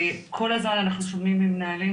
כל הזמן אנחנו שומעים ממנהלים,